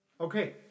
Okay